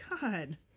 god